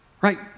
Right